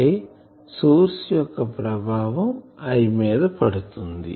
అంటే సోర్స్ యొక్క ప్రభావం I మీద పడుతుంది